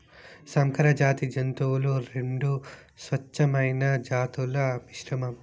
సంకరజాతి జంతువులు రెండు స్వచ్ఛమైన జాతుల మిశ్రమం